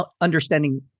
understanding